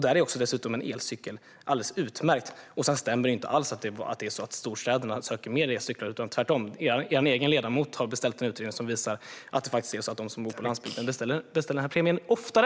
Där är dessutom också en elcykel alldeles utmärkt. Sedan stämmer det inte alls att man söker mer premier för elcyklar i storstäderna, utan tvärtom. Er egen ledamot har beställt en utredning som visar att de som bor på landsbygden beställer premien oftare.